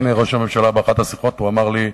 הנה, ראש הממשלה באחת השיחות אמר לי,